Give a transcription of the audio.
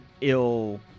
ill